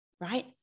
right